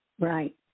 Right